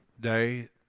day